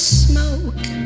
smoke